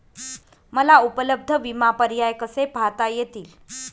मला उपलब्ध विमा पर्याय कसे पाहता येतील?